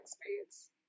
experience